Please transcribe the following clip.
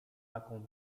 taką